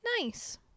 nice